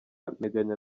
nteganya